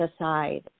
aside